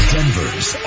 Denver's